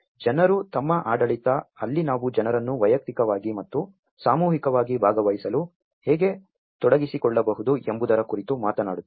ಮತ್ತು ಜನರು ಮತ್ತು ಆಡಳಿತ ಅಲ್ಲಿ ನಾವು ಜನರನ್ನು ವೈಯಕ್ತಿಕವಾಗಿ ಮತ್ತು ಸಾಮೂಹಿಕವಾಗಿ ಭಾಗವಹಿಸಲು ಹೇಗೆ ತೊಡಗಿಸಿಕೊಳ್ಳಬಹುದು ಎಂಬುದರ ಕುರಿತು ಮಾತನಾಡುತ್ತೇವೆ